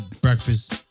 breakfast